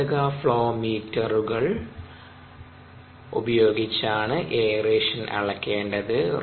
വാതക ഫ്ലോ മീറ്ററുകൾ ഉപയോഗിച്ചാണ് എയറേഷൻ അളക്കേണ്ടത്